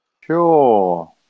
sure